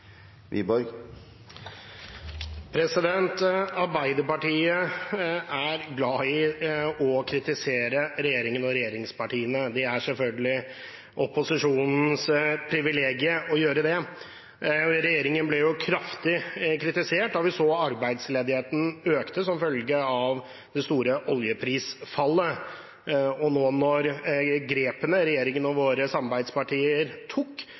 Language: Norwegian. selvfølgelig opposisjonens privilegium å gjøre det. Regjeringen ble kraftig kritisert da vi så arbeidsledigheten øke som følge av det store oljeprisfallet. Nå når grepene som regjeringen og våre samarbeidspartier tok,